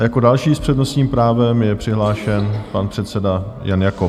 Jako další s přednostním právem je přihlášen pan předseda Jan Jakob.